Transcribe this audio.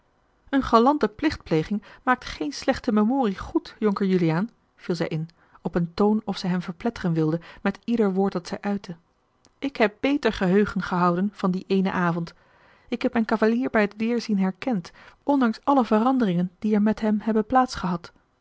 eene galante plichtpleging maakt geen slechte memorie goed jonker juliaan viel zij in op een toon of zij hem verpletteren wilde met ieder woord dat zij uitte ik heb beter geheugen gehouden van dien éénen avond ik heb mijn cavalier bij het weêrzien herkend ondanks alle veranderingen die er met hem hebben